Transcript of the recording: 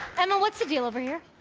emma, what's the deal over here?